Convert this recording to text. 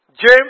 James